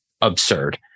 Absurd